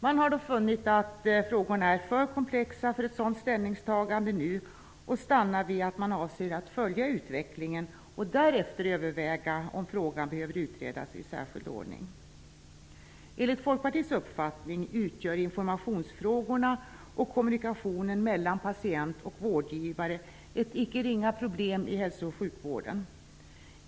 Man har dock funnit frågorna för komplexa för ett sådant ställningstagande nu och stannar vid att man avser att följa utvecklingen och därefter överväga om frågan behöver utredas i särskild ordning. Enligt Folkpartiets uppfattning utgör informationsfrågorna och kommunikationen mellan patient och vårdgivare ett icke ringa problem i hälso och sjukvården.